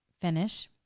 finish